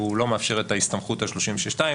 שהוא לא מאפשר את ההסתמכות על 36 (2)